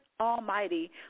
almighty